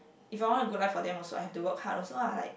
if I want a good life for them also I have to work hard also lah like